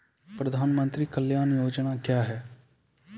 प्रधानमंत्री कल्याण योजना क्या हैं?